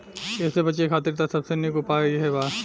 एसे बचे खातिर त सबसे निक उपाय इहे बा